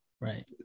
Right